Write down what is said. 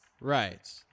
Right